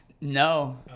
no